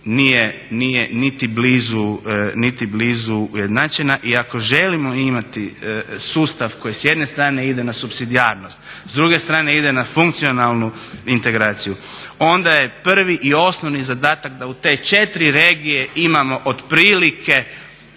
nije niti blizu ujednačena. I ako želimo imati sustav koji s jedne strane ide na supsidijarnost, s druge strane ide na funkcionalnu integraciju, onda je prvi i osnovni zadatak da u te četiri regije imamo otprilike